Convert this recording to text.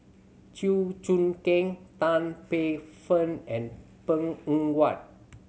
Chew Choo Keng Tan Paey Fern and Png Eng Huat